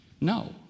No